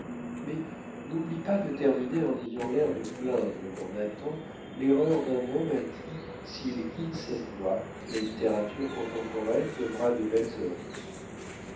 mais n'oublie pas de terminer en ayant l'air de plaindre dans nathan l'erreur d'un homme à qui s'il quitte cette voie la littérature contemporaine devra de belles œuvres